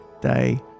day